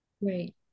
right